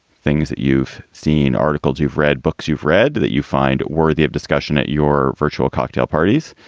things that you've seen, articles you've read, books you've read that you find worthy of discussion at your virtual cocktail parties.